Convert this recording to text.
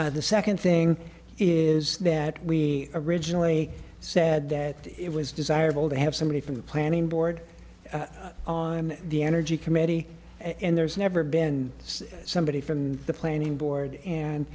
the second thing is that we originally said that it was desirable to have somebody from the planning board on the energy committee and there's never been somebody from the planning board and